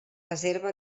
reserva